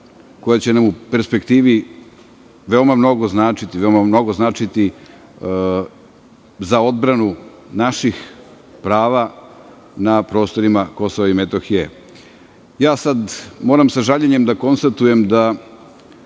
koja će nam u perspektivi veoma mnogo značiti za odbranu naših prava na prostorima Kosova i Metohije. Sada moram sa žaljenjem da konstatujem da